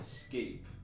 escape